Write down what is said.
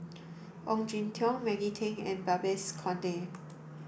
Ong Jin Teong Maggie Teng and Babes Conde